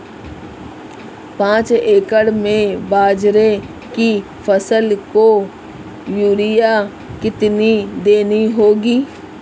पांच एकड़ में बाजरे की फसल को यूरिया कितनी देनी होगी?